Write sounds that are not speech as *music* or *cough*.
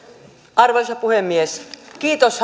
arvoisa puhemies kiitos *unintelligible*